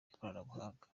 ikoranabuhanga